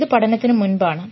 ഇത് പഠനത്തിനു മുൻപാണ്